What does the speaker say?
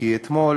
כי אתמול